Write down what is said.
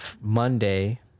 Monday